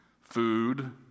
food